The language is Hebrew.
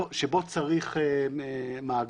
שבו צריך מאגר,